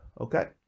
Okay